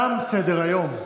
תם סדר-היום.